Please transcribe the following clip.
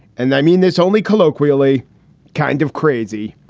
and i mean this only colloquially kind of crazy,